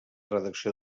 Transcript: redacció